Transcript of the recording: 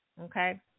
okay